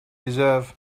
deserve